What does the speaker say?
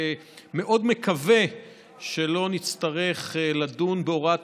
אני מאוד מקווה שלא נצטרך לדון בהוראת